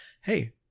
hey